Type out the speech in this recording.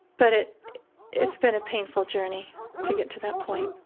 but it's been a painful journey to get to that point